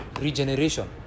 regeneration